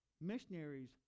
Missionaries